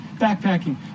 backpacking